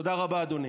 תודה רבה, אדוני.